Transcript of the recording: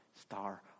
star